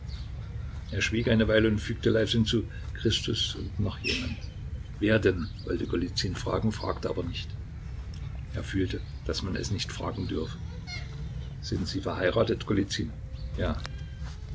er schwieg eine weile und fügte leise hinzu christus und noch jemand wer denn wollte golizyn fragen fragte aber nicht er fühlte daß man es nicht fragen dürfe sind sie verheiratet golizyn ja